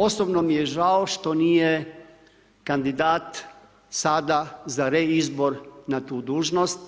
Osobno mi je žao što nije kandidat sada za reizbor na tu dužnost,